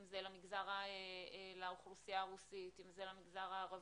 אם זה לאוכלוסייה הרוסית, אם זה למגזר הערבי.